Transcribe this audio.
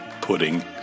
pudding